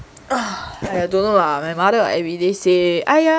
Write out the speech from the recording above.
I don't know lah my mother I they say !aiya!